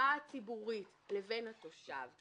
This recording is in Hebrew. הקופה הציבורית לבין התושב,